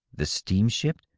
the steamship,